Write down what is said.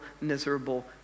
miserable